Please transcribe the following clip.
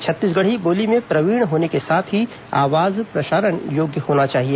छत्तीसगढ़ी बोली में प्रवीण होने के साथ ही आवाज प्रसारण योग्य होना चाहिए